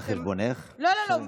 אם זה על חשבונך, לא, לא,